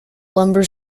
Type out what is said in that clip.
lumber